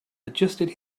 adjusted